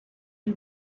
you